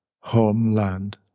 homeland